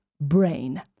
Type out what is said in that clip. brain